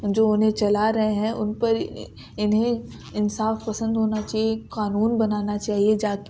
جو انہیں چلا رہے ہیں ان پر انہیں انصاف پسند ہونا چاہیے قانون بنانا چاہیے جا کے